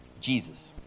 Jesus